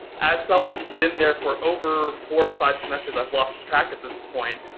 as someone who's been there for over four or five semesters, i've lost track at this point,